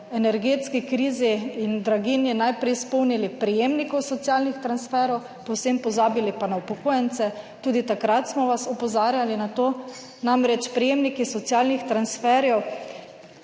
energetski krizi in draginji najprej spomnili prejemnikov socialnih transferov, povsem pozabili pa na upokojence. Tudi takrat smo vas opozarjali na to. Namreč prejemniki socialnih transferjev,